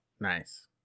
Nice